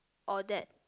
or dad